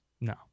No